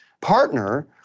partner